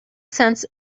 sense